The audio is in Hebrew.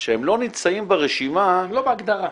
שהם לא נמצאים ברשימה --- הם לא בהגדרה.